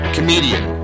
Comedian